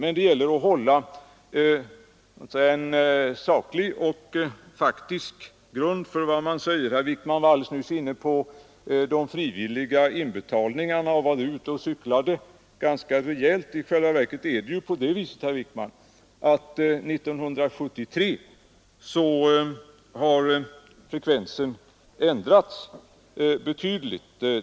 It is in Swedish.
Men när det gäller att ha en saklig grund för de uppgifter man lämnar vill jag framhålla att herr Wijkman nyss var ute och cyklade ganska rejält när han talade om de frivilliga inbetalningarna. I själva verket är det på det sättet, herr Wijkman, att frekvensen av sådana år 1973 har ändrats betydligt.